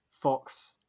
Fox